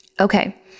Okay